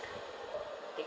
uh take